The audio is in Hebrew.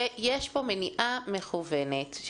שיש פה מניעה מכוונת.